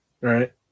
Right